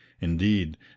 indeed